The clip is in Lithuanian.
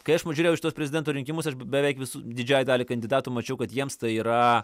kai aš pažiūrėjau į šituos prezidento rinkimus aš beveik visų didžiajai daliai kandidatų mačiau kad jiems tai yra